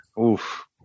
oof